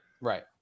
right